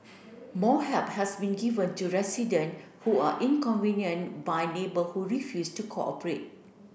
more help has been given to resident who are inconvenient by neighbour who refuse to cooperate